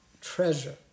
treasure